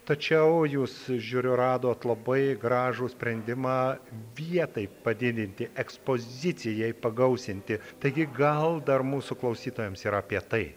tačiau jūs žiūriu radot labai gražų sprendimą vietai padidinti ekspozicijai pagausinti taigi gal dar mūsų klausytojams ir apie tai